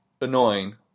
annoying